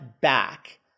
back